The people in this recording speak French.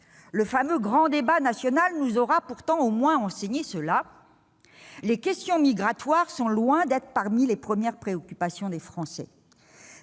le fameux grand débat national nous aura au moins enseigné ceci : les questions migratoires sont loin d'être parmi les premières préoccupations des Français